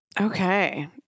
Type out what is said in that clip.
Okay